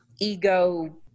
ego